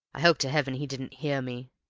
i hope to heaven he didn't hear me!